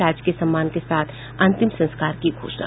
राजकीय सम्मान के साथ अंतिम संस्कार की घोषणा